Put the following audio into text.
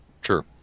Sure